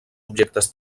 objectes